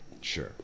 Sure